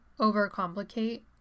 overcomplicate